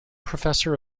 professor